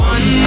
One